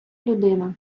людина